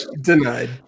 denied